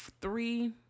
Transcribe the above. three